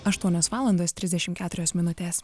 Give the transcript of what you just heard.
aštuonios valandos trisdešimt keturios minutės